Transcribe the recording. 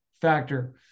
factor